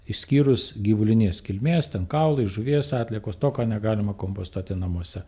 išskyrus gyvulinės kilmės ten kaulai žuvies atliekos to ką negalima kompostuoti namuose